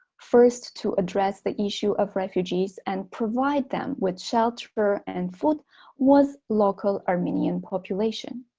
first to address the issue of refugees and provide them with shelter and food was local armenian populations,